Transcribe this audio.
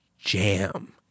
jam